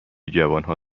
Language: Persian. جوانها